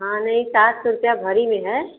हाँ नहीं सात सौ रुपये भरी में है